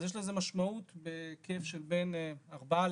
אז יש לזה משמעות בהיקף של בין ארבעה